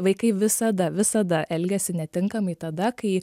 vaikai visada visada elgiasi netinkamai tada kai